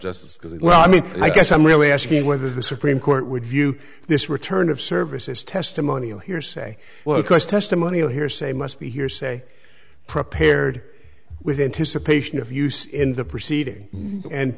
justice because well i mean i guess i'm really asking whether the supreme court would view this return of service as testimonial hearsay well of course testimonial hearsay must be hearsay prepared with anticipation of use in the proceeding